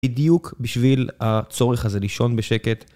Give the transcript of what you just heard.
בדיוק בשביל הצורך הזה לישון בשקט.